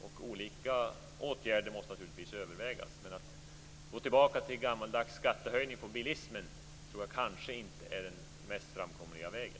Olika åtgärder måste naturligtvis övervägas. Att gå tillbaka till en gammaldags skattehöjning på bilismen är nog inte den mest framkomliga vägen.